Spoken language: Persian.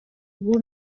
عبور